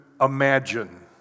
imagine